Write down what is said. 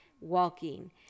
walking